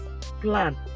plan